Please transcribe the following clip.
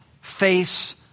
face